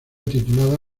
titulada